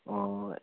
অঁ